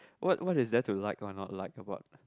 what what is that to like or not like about